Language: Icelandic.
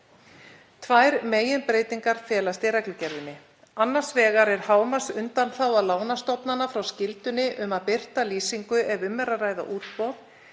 Tvær meginbreytingar felast í reglugerðinni. Annars vegar er hámarksundanþága lánastofnana frá skyldunni um að birta lýsingu ef um er að ræða útboð